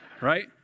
right